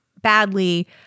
badly